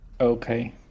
Okay